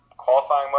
qualifying